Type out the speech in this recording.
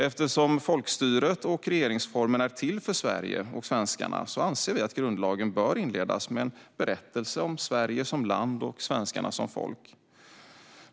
Eftersom folkstyret och regeringsformen är till för Sverige och svenskarna anser vi att grundlagen bör inledas med en berättelse om Sverige som land och svenskarna som folk.